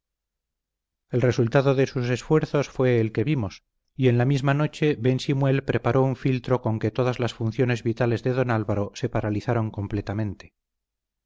el resultado de sus esfuerzos fue el que vimos y en la misma noche ben simuel preparó un filtro con que todas las funciones vitales de don álvaro se paralizaron completamente